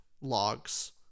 logs